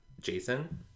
Jason